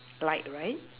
like right